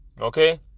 okay